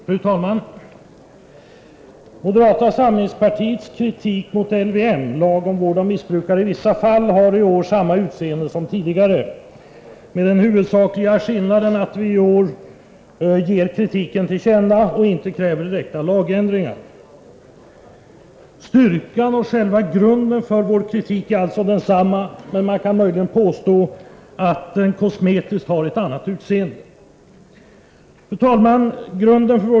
Fru talman! Moderata samlingspartiets kritik mot LYM — lagen om vård av missbrukare i vissa fall — har i år samma utseende som tidigare, med den huvudsakliga skillnaden att vi i år ger kritiken till känna och inte kräver direkta lagändringar. Styrkan i och själva grunden för vår kritik är alltså densamma. Man kan möjligen påstå att den kosmetiskt har ett annat utseende. Fru talman!